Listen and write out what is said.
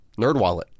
NerdWallet